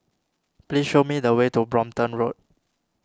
please show me the way to Brompton Road